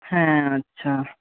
হ্যাঁ আচ্ছা